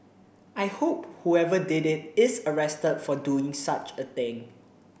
I hope whoever did it is arrested for doing such a thing